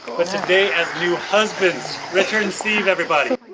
but today as new husbands, richard and steve everybody!